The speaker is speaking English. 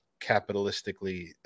capitalistically